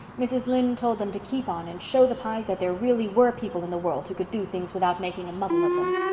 mrs. lynde told them to keep on and show the pyes that there really were people in the world who could do things without making a muddle of them.